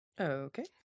Okay